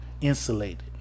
insulated